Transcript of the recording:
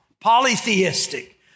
polytheistic